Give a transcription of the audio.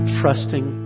trusting